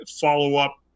follow-up